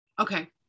Okay